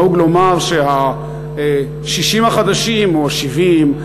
נהוג לומר שה-60 החדשים או ה-70,